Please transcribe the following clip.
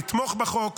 לתמוך בחוק,